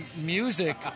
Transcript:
music